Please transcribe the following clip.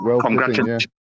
congratulations